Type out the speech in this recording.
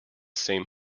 same